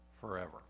forever